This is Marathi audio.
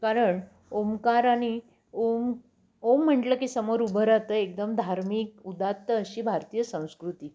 कारण ओमकाराने ओम ओम म्हंटलं की समोर उभं राहतं एकदम धार्मिक उदात्त अशी भारतीय संस्कृती